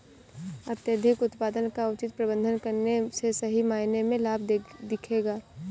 अत्यधिक उत्पादन का उचित प्रबंधन करने से सही मायने में लाभ दिखेगा